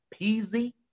Peasy